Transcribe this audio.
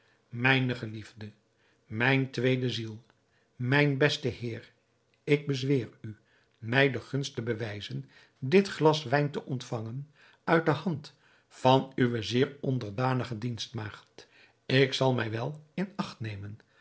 mijne geliefde mijn tweede ziel mijn beste heer ik bezweer u mij de gunst te bewijzen dit glas wijn te ontvangen uit de hand van uwe zeer onderdanige dienstmaagd ik zal mij wel in acht nemen